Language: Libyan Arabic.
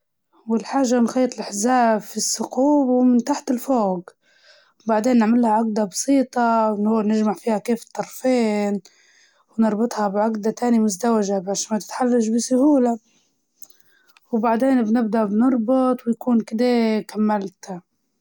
أول شي خد طرف الخيط بيديك حطهم جنب بعض، وخد طرف واحد بعدها لفها على التاني، بعدين إسحب الخيط بشكل مشدود لعند يتكون ليك حلقة، بعدين إسحب الخيطين اللي طلعت منهم العقدة، وكرر الحركة عشان تكون العقدة ثابتة، تأكد إن العقدة مشدودة كويس عشان ما ينفتح الظباط وراك.